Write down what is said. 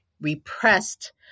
repressed